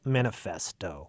Manifesto